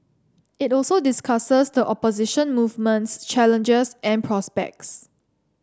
it also discusses the opposition movement's challenges and prospects